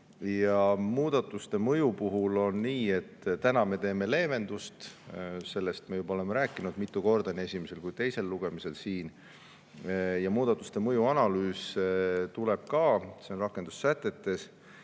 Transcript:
Muudatuste mõju puhul on nii, et täna me teeme leevendust – sellest me oleme rääkinud juba mitu korda, nii esimesel kui ka teisel lugemisel siin – ja muudatuste mõju analüüs tuleb ka, see on rakendussätetes.